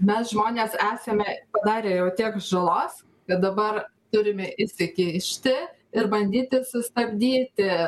mes žmonės esame padarę jau tiek žalos kad dabar turime įsikišti ir bandyti sustabdyti